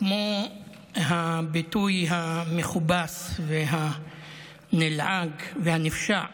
כמו הביטוי המכובס, הנלעג והנפשע